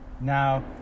now